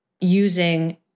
using